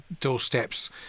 doorsteps